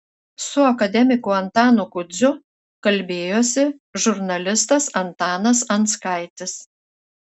su akademiku antanu kudziu kalbėjosi žurnalistas antanas anskaitis